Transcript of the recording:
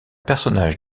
personnage